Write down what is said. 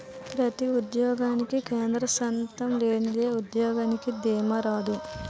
ప్రతి ఉద్యోగానికి కేంద్ర సంస్థ లేనిదే ఉద్యోగానికి దీమా రాదు